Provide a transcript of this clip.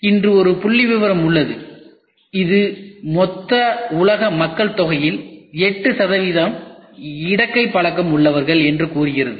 இன்று ஒரு புள்ளிவிவரம் உள்ளது இது மொத்த உலக மக்கள்தொகையில் 8 சதவிகிதம் இடக்கை பழக்கம் உள்ளவர்கள் என்று கூறுகிறது